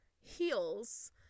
heels